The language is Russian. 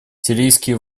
сирийские